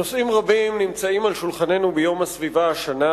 נושאים רבים נמצאים על שולחננו ביום הסביבה השנה,